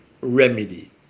remedy